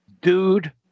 dude